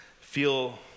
feel